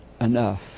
enough